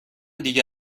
دیگه